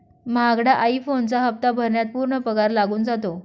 महागडा आई फोनचा हप्ता भरण्यात पूर्ण पगार लागून जातो